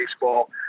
baseball